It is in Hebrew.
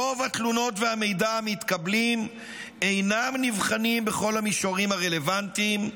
רוב התלונות והמידע המתקבלים אינם נבחנים בכל המישורים הרלוונטיים,